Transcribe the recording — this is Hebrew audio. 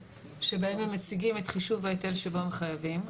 שבהם הם מציגים את חישוב ההיטל שבו הם חייבים,